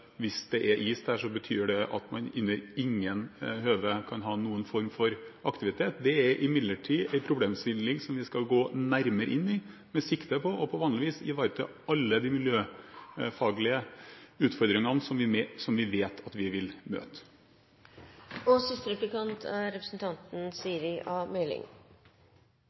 hvis det er is der, betyr det at man ikke under noen omstendighet kan ha noen form for aktivitet. Det er imidlertid en problemstilling vi skal gå nærmere inn i, med sikte på, på vanlig vis, å ivareta alle de miljøfaglige utfordringene, som vi vet at vi vil møte. Representanten